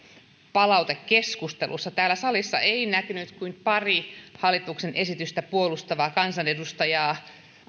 palautekeskustelussa täällä salissa ei näkynyt kuin pari hallituksen esitystä puolustavaa kansanedustajaa